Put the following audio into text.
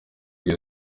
igwa